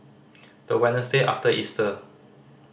the Wednesday after Easter